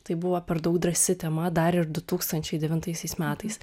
tai buvo per daug drąsi tema dar ir du tūkstančiai devintaisiais metais